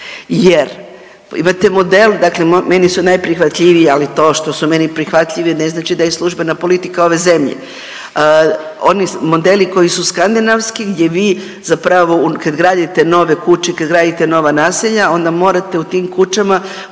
Jer imate model, dakle meni su najprihvatljiviji ali to što su meni prihvatljivi ne znači da je i službena politika ove zemlje. Oni modeli koji su skandinavski, gdje vi zapravo kad gradite nove kuće, kad gradite nova naselja onda morate u tim kućama voditi